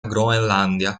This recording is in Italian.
groenlandia